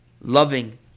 loving